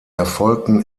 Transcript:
erfolgten